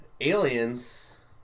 Aliens